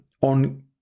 on